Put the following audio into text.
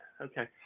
okay